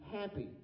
happy